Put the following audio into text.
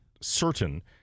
certain